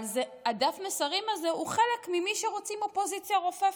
אבל דף המסרים הזה הוא חלק ממי שרוצים אופוזיציה רופפת,